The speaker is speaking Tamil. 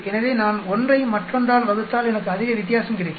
எனவே நான் 1 ஐ மற்றொன்றால் வகுத்தால் எனக்கு அதிக வித்தியாசம் கிடைக்கும்